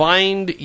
Find